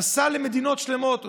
נסע למדינות שלמות.